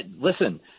listen